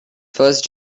first